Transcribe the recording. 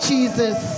Jesus